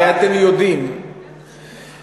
הרי אתם יודעים שזה,